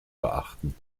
beachten